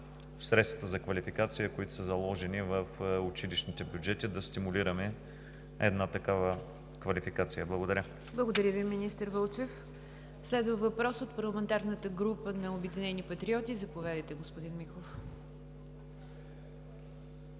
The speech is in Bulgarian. средствата за квалификация, които са заложени в училищните бюджети, да стимулираме една такава квалификация. Благодаря. ПРЕДСЕДАТЕЛ НИГЯР ДЖАФЕР: Благодаря Ви, министър Вълчев. Следва въпрос от парламентарната група на „Обединени патриоти“. Заповядайте, господин Михов.